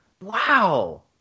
Wow